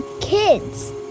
kids